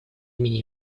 имени